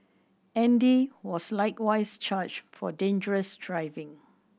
Andy was likewise charged for dangerous driving